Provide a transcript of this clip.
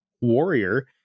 Warrior